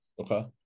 Okay